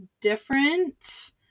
different